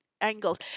angles